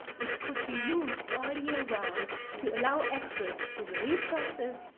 which could be used all year round to allow access to the resources,